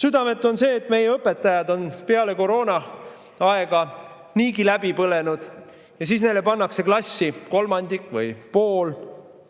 Südametu on see, et meie õpetajad on peale koroonaaega niigi läbi põlenud, aga siis neile pannakse klassi kolmandik või pool